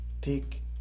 Take